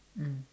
mm